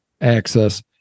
access